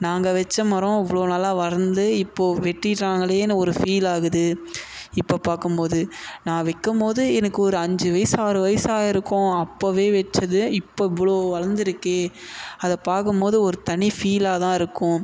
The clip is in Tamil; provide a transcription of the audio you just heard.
வெச்ச மரம் இவ்வளோ நல்லா வளர்ந்து இப்போது வெட்டிட்டாங்களேன்னு ஒரு ஃபீல் ஆகுது இப்போ பார்க்கும் போது நான் வைக்கும் போது எனக்கு ஒரு அஞ்சு வயசு ஆறு வயசு ஆகியிருக்கும் அப்போவே வைச்சது இப்போ இவ்வளோ வளர்ந்துருக்கே அதை பார்க்கும் போது ஒரு தனி ஃபீலாக தான் இருக்கும்